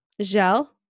gel